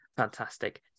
Fantastic